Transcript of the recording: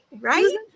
Right